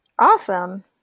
awesome